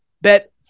bet